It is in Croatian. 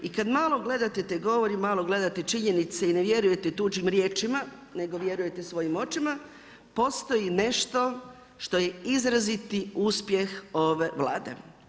I kad malo gledate te govore i malo gledate činjenice i ne vjerujete tuđim riječima nego vjerujete svojim očima, postoji nešto što je izraziti uspjeh ove Vlade.